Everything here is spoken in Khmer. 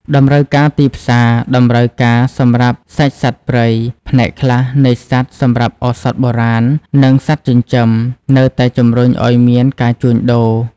តម្រូវការទីផ្សារ តម្រូវការសម្រាប់សាច់សត្វព្រៃ ផ្នែកខ្លះនៃសត្វសម្រាប់ឱសថបុរាណ និងសត្វចិញ្ចឹម នៅតែជំរុញឱ្យមានការជួញដូរ។